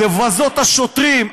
לבזות את השוטרים,